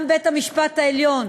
גם בית-המשפט העליון,